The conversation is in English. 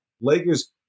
Lakers